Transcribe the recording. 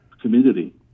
community